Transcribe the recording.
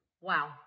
Wow